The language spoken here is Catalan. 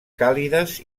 càlides